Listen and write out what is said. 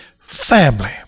family